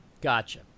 Gotcha